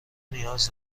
نیاز